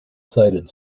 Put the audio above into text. sided